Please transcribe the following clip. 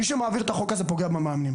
מי שמעביר את החוק הזה פוגע במאמנים.